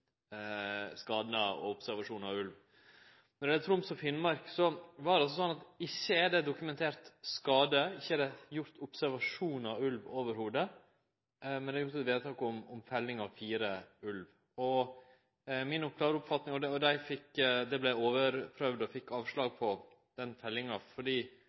på og observasjon av ulv. Når det gjeld Troms og Finnmark, er det slik at det ikkje er dokumentert skadar, det er ikkje gjort observasjonar av ulv i det heile, men det er gjort eit vedtak om felling av fire ulvar. Det vart overprøvd, og ein fekk avslag på den fellinga fordi